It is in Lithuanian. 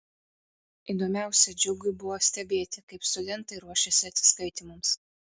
įdomiausia džiugui buvo stebėti kaip studentai ruošiasi atsiskaitymams